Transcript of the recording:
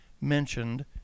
mentioned